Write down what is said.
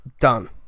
done